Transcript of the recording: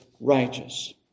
righteous